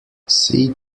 see